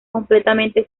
completamente